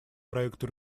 проекту